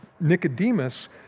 Nicodemus